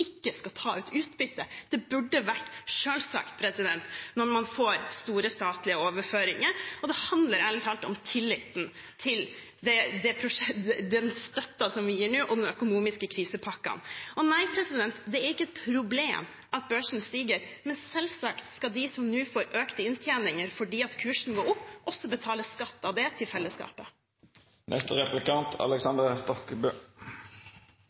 ikke skal ta ut utbytte. Det burde ha vært selvsagt når man får store statlige overføringer, og det handler ærlig talt om tilliten til den støtten som vi gir nå og de økonomiske krisepakkene. Og nei, det er ikke et problem at børsen stiger. Men selvsagt skal de som nå får økte inntjeninger fordi kursen går opp, også betale skatt av det til